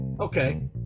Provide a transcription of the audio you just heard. Okay